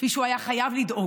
כפי שהוא היה חייב לדאוג.